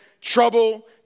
trouble